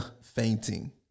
fainting